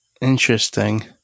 Interesting